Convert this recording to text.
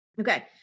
Okay